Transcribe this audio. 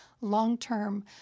long-term